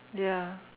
ya